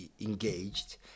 engaged